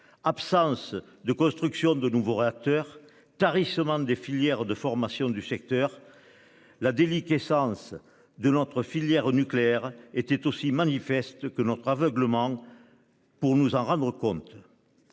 absence de construction de nouveaux réacteurs tarissement des filières de formation du secteur. La déliquescence de l'entre-. Filière nucléaire était aussi manifeste que notre aveuglement. Pour nous en rendre compte.